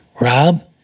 rob